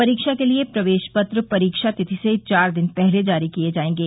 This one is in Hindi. परीक्षा के लिए प्रवेश पत्र परीक्षा तिथि से चार दिन पहले जारी किए जायेंगे